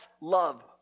love